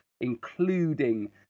including